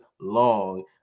long